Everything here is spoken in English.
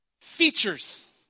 features